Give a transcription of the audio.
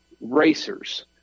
racers